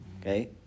Okay